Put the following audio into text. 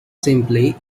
simply